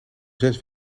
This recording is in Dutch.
zes